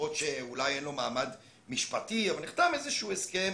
למרות שאולי אין לו מעמד משפטי אבל נחתם איזשהו הסכם,